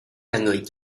người